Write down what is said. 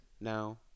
now